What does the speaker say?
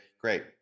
Great